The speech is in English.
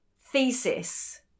thesis